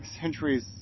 centuries